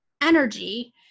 energy